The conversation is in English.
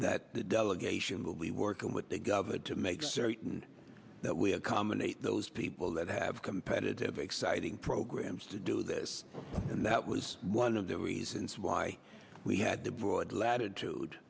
that the delegation will be working with the government to make certain that we accommodate those people that have competitive exciting programs to do this and that was one of the reasons why we had the broad latitude